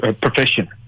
profession